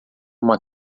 uma